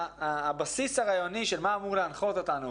הבסיס הרעיוני של מה אמור להנחות אותנו